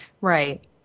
Right